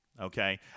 okay